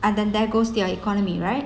and then there goes their economy right